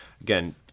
again